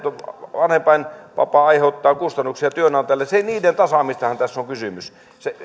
vanhempainvapaa aiheuttaa kustannuksia työnantajalle niiden tasaamisestahan tässä on kysymys